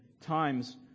times